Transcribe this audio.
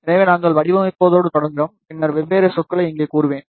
எனவே நாங்கள் வடிவமைப்போடு தொடங்குவோம் பின்னர் வெவ்வேறு சொற்களை இங்கே கூறுவேன்